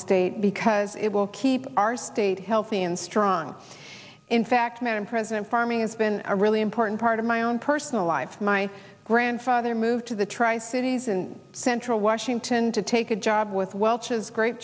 state because it will keep our state healthy and strong in fact madam president farming has been a really important part of my own personal life my grandfather moved to the tri cities in central washington to take a job with welch's grape